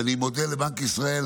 ואני מודה לבנק ישראל,